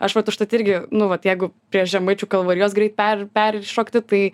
aš vat užtat irgi nu vat jeigu prie žemaičių kalvarijos greit per peršokti tai